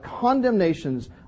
condemnations